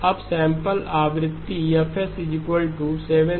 अब सैंपल आवृत्ति Fs 7500 hertz